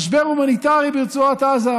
משבר הומניטרי ברצועת עזה,